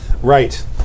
Right